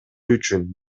үчүн